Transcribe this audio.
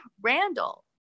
Randall